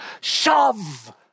Shove